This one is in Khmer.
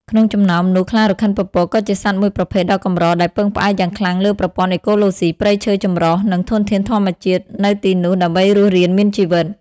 ក្នុងចំណោមនោះ ខ្លារខិនពពក ក៏ជាសត្វមួយប្រភេទដ៏កម្រដែលពឹងផ្អែកយ៉ាងខ្លាំងលើប្រព័ន្ធអេកូឡូស៊ីព្រៃឈើចម្រុះ និងធនធានធម្មជាតិនៅទីនោះដើម្បីរស់រានមានជីវិត។